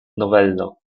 novello